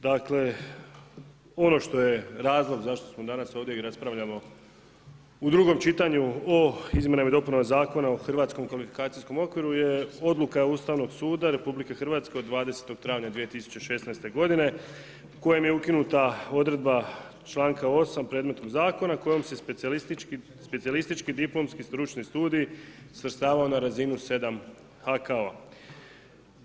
Dakle ono što je razlog zašto smo danas ovdje i raspravljamo u drugom čitanju o izmjenama i dopunama Zakona o Hrvatskom kvalifikacijskom okviru je odluka Ustavnog suda RH od 20. travnja 2016. godine kojim je ukinuta odredba članka 8. predmetnog zakona kojom se specijalistički diplomski stručni studij svrstavao na razinu 7 HKO-a.